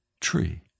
tree